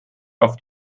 auf